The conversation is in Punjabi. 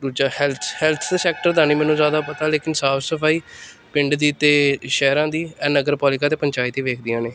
ਦੂਜਾ ਹੈਲਥ ਹੈਲਥ ਸੈਕਟਰ ਦਾ ਨਹੀਂ ਮੈਨੂੰ ਜ਼ਿਆਦਾ ਪਤਾ ਲੇਕਿਨ ਸਾਫ ਸਫਾਈ ਪਿੰਡ ਦੀ ਅਤੇ ਸ਼ਹਿਰਾਂ ਦੀ ਨਗਰ ਪਾਲਿਕਾ ਅਤੇ ਪੰਚਾਇਤ ਹੀ ਵੇਖਦੀਆਂ ਨੇ